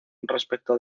respecto